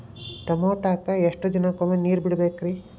ಟಮೋಟಾಕ ಎಷ್ಟು ದಿನಕ್ಕೊಮ್ಮೆ ನೇರ ಬಿಡಬೇಕ್ರೇ?